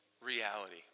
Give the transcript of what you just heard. reality